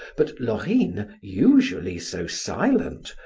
but laurine, usually so silent,